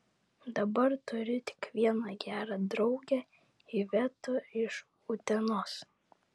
dabar turiu tik vieną gerą draugę ivetą iš utenos